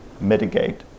mitigate